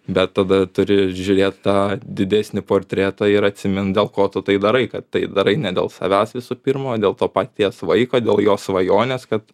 bet tada turi žiūrėt tą didesnį portretą ir atsimint dėl ko tu tai darai kad tai darai ne dėl savęs visų pirma o dėl to paties vaiko dėl jo svajonės kad